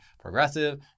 Progressive